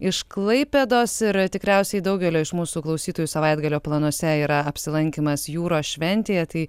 iš klaipėdos ir tikriausiai daugelio iš mūsų klausytojų savaitgalio planuose yra apsilankymas jūros šventėj tai